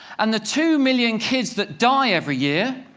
and the two million kids that die every year,